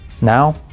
Now